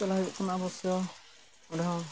ᱪᱟᱞᱟᱣ ᱦᱩᱭᱩᱜ ᱠᱟᱱᱟ ᱚᱵᱚᱥᱥᱳᱭ ᱚᱸᱰᱮ ᱦᱚᱸ